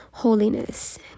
Holiness